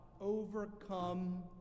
overcome